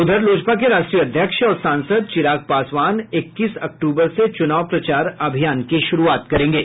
उधर लोजपा के राष्ट्रीय अध्यक्ष और सांसद चिराग पासवान इक्कीस अक्टूबर से चुनाव प्रचार अभियान की शुरूआत करेंगे